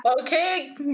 Okay